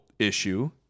issue